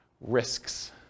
Risks